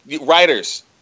Writers